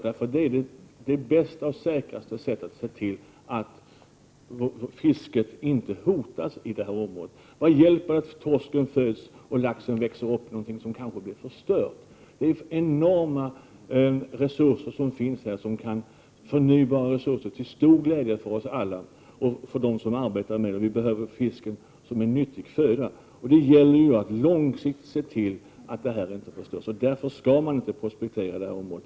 Det är det bästa och säkraste sättet att se till att fisket inte hotas i det här området. Vad hjälper det att torsken föds och laxen växer upp när det blir förstört? Det finns här enorma förnybara resurser som skulle kunna vara till stor glädje för oss alla och för dem som arbetar med det. Vi behöver fisken som en nyttig föda. Det gäller att långsiktigt se till att det här inte förstörs. Man skall därför inte prospektera i det här området.